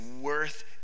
worth